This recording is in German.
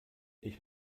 ich